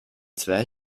zwei